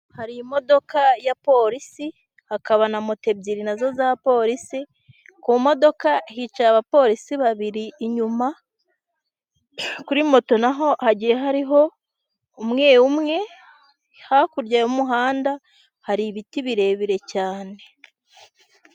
Hari imodoka ya polisi, hakaba na moto ebyiri na zo za polisi, ku modoka hicaye abapolisi babiri inyuma, kuri moto na ho hagiye hariho umwe umwe, hakurya y'umuhanda hari ibiti birebire cyane.